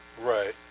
Right